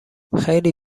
خیلی